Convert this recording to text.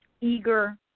eager